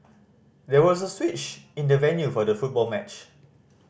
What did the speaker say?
there was a switch in the venue for the football match